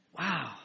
Wow